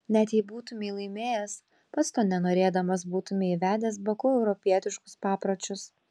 net jei būtumei laimėjęs pats to nenorėdamas būtumei įvedęs baku europietiškus papročius